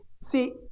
See